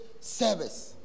service